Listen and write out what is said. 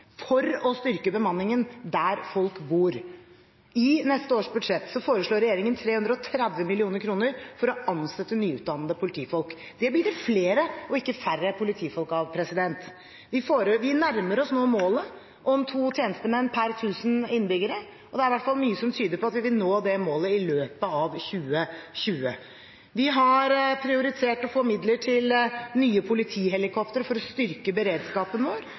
for å styrke bemanningen der folk bor. I neste års budsjett foreslår regjeringen 330 mill. kr for å ansette nyutdannede politifolk. Det blir det flere og ikke færre politifolk av. Vi nærmer oss nå målet om to tjenestemenn per 1 000 innbyggere, og det er i hvert fall mye som tyder på at vi vil nå det målet i løpet av 2020. Vi har prioritert å få midler til nye politihelikoptre for å styrke beredskapen vår.